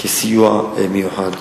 כסיוע מיוחד.